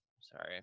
sorry